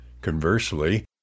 Conversely